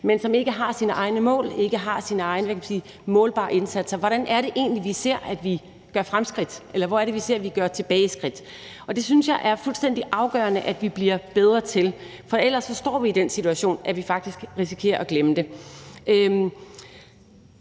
mål og ikke har sine egne – hvad kan man sige – målbare indsatser. Hvordan er det egentlig, vi ser at vi gør fremskridt, eller hvor er det, vi ser at der er tilbageskridt? Det synes jeg er fuldstændig afgørende at vi bliver bedre til, for ellers står vi i den situation, at vi faktisk risikerer at glemme det.